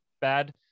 bad